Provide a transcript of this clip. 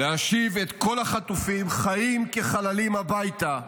-- להשיב את כל החטופים, חיים כחללים, הביתה,